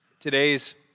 Today's